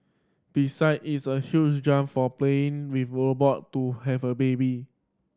beside it's a huge jump from playing with a robot to have a baby